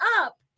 up